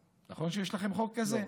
נכון שיש לכם חוק כזה?